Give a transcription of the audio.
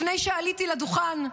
לפני שעליתי לדוכן,